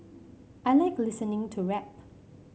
I like listening to rap